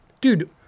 dude